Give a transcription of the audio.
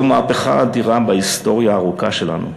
זו מהפכה אדירה בהיסטוריה הארוכה שלנו.